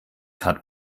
hat